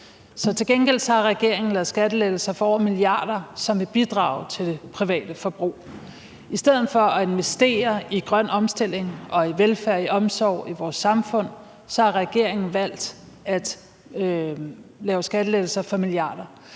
Til gengæld har regeringen lavet skattelettelser for over milliarder, som vil bidrage til det private forbrug. I stedet for at investere i grøn omstilling og i velfærd, i omsorg, i vores samfund har regeringen valgt at lave skattelettelser for milliarder.